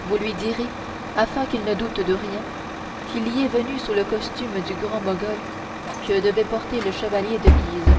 vous lui direz afin qu'il ne doute de rien qu'il y est venu sous le costume du grand mogol que devait porter le chevalier de guise